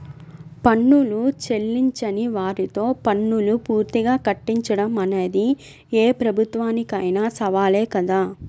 పన్నులు చెల్లించని వారితో పన్నులు పూర్తిగా కట్టించడం అనేది ఏ ప్రభుత్వానికైనా సవాలే కదా